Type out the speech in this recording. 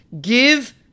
give